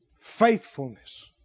Faithfulness